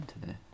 today